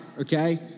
okay